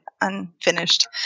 unfinished